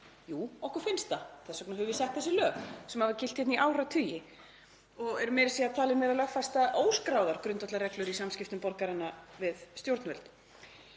Jú, okkur finnst það. Þess vegna höfum við sett þessi lög sem hafa gilt hér í áratugi og eru meira að segja talin vera lögfestar óskráðar grundvallarreglur í samskiptum borgaranna við stjórnvöld.